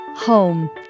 home